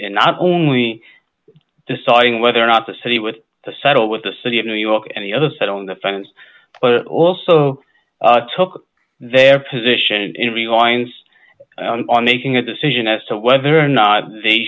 and not only deciding whether or not the city with to settle with the city of new york and the other side on the fence but also took their position in reliance on making a decision as to whether or not they